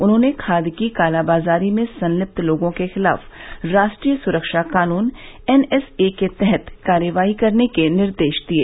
उन्होंने खाद की कालाबाजारी में संलिप्त लोगों के खिलाफ राष्ट्रीय सुरक्षा कानून एनएसए के तहत कार्रवाई करने के निर्देश दिये